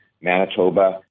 Manitoba